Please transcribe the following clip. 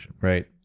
Right